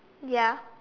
ya